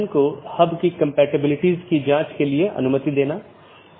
यह मूल रूप से स्केलेबिलिटी में समस्या पैदा करता है